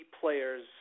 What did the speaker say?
players